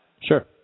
Sure